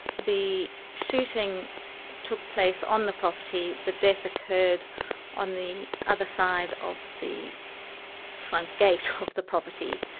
the shooting took place on the property, the death occurred on the other side of the front gate of the property.